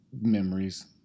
memories